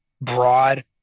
broad